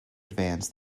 advance